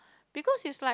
because it's like